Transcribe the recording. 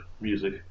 music